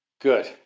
Good